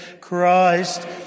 Christ